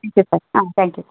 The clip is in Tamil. தேங்க் யூ சார் ஆ தேங்க் யூ